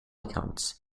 accounts